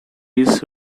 his